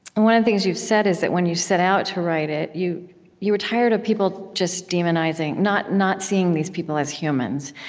and one of the things you've said is that when you set out to write it you you were tired of people just demonizing, not seeing seeing these people as humans.